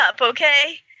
okay